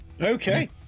Okay